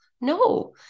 No